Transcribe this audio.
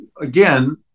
again